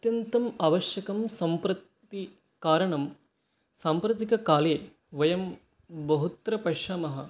अत्यन्तम् आवश्यकं साम्प्रति कारणं साम्प्रतिककाले वयं बहुत्र पश्यामः